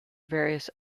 various